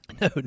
No